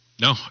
No